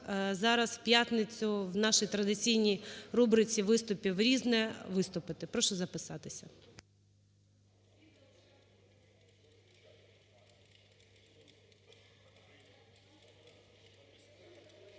зараз, у п'ятницю, в нашій традиційній рубриці виступів "Різне" виступити. Прошу записатися.